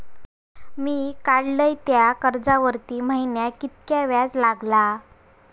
मी काडलय त्या कर्जावरती महिन्याक कीतक्या व्याज लागला?